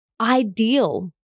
ideal